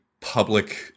public